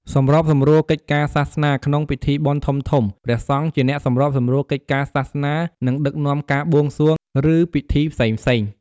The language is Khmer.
ព្រះអង្គធានាថាភ្ញៀវអាចចូលរួមក្នុងពិធីដោយរលូន និងយល់អំពីអត្ថន័យនៃកិច្ចពិធីនីមួយៗ។